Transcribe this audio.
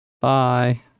Bye